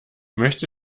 möchte